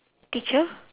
teacher